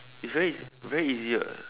it's very very easy [what]